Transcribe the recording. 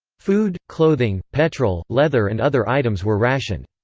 food, clothing, petrol, leather and other items were rationed.